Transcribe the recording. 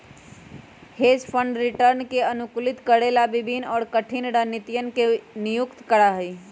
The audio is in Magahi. हेज फंड रिटर्न के अनुकूलित करे ला विभिन्न और कठिन रणनीतियन के नियुक्त करा हई